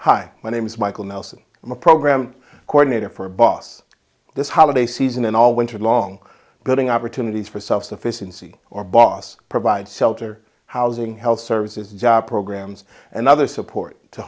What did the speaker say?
hi my name is michael nelson i'm a program coordinator for a bus this holiday season and all winter long building opportunities for self sufficiency or boss provide shelter housing health services job programs and other support to